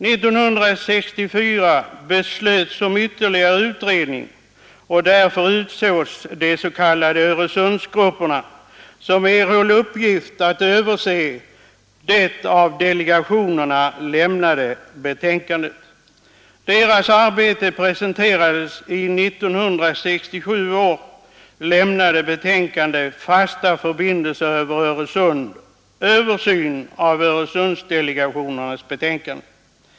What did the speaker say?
1964 beslöts om ytterligare utredning, och därför utsågs de s.k. Öresundsgrupperna, som erhöll uppgift att överse det av delegationerna lämnade betänkandet. Deras arbete presenterades i det år 1967 lämnade betänkandet Fasta förbindelser över Öresund, översyn av Öresundsdelegationernas betänkande.